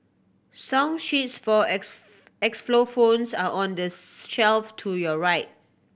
song sheets for are on the shelf to your right